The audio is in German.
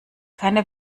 keine